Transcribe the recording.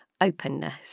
openness